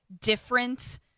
different